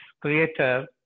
creator